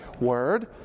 word